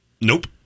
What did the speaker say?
Nope